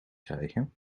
krijgen